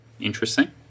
interesting